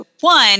one